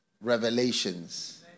revelations